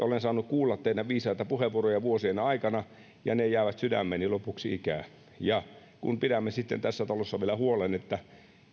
olen saanut kuulla teidän viisaita puheenvuorojanne vuosien aikana ja ne jäävät sydämeeni lopuksi ikää kun pidämme sitten tässä talossa vielä huolen että